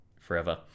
forever